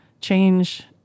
change